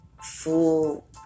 full